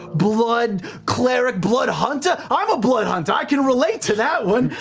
blood cleric, blood hunter? i'm a blood hunter, i can relate to that one!